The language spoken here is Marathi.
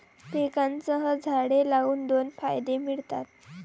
पिकांसह झाडे लावून दोन फायदे मिळतात